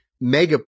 mega